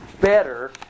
better